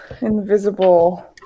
invisible